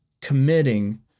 committing